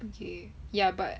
okay ya but